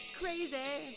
crazy